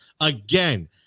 again